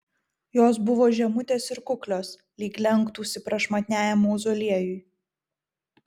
jos buvo žemutės ir kuklios lyg lenktųsi prašmatniajam mauzoliejui